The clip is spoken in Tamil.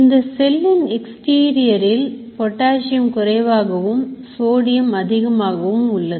இந்த செல்லின் exterior எல் பொட்டாசியம் குறைவாகவும் சோடியம் அதிகமாகவும் உள்ளது